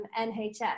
nhs